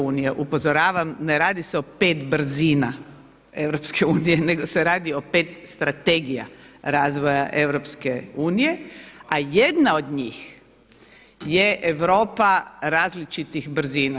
Upozoravam ne radi se o pet brzina EU nego se radi o pet strategija razvoja EU a jedna od njih je Europa različitih brzina.